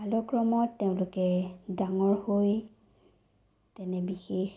কালক্ৰমত তেওঁলোকে ডাঙৰ হৈ তেনে বিশেষ